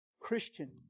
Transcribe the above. christian